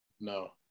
No